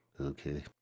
Okay